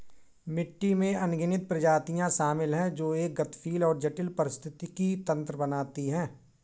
मिट्टी में अनगिनत प्रजातियां शामिल हैं जो एक गतिशील और जटिल पारिस्थितिकी तंत्र बनाती हैं